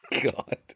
God